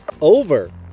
Over